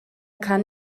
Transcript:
kann